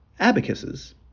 abacuses